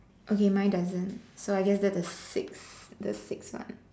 okay my doesn't so I guess that is six there's six now